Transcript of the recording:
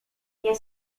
nie